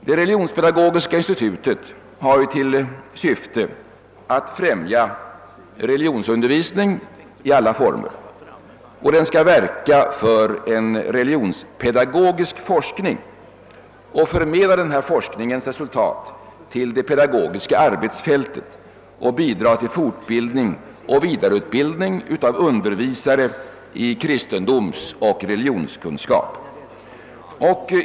Det religionspedagogiska institutet har till syfte att främja religionsundervisning i alla former, verka för en religionspedagogisk forskning och vidarebefordra detta forskningsresultat till det pedagogiska arbetsfältet samt bidra till fortbildning och vidareutbildning av undervisare i kristendomsoch religionskunskap.